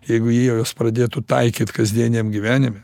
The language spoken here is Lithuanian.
jeigu jie juos pradėtų taikyt kasdieniam gyvenime